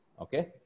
Okay